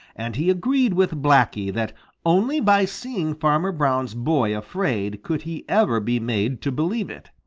and he agreed with blacky that only by seeing farmer brown's boy afraid could he ever be made to believe it.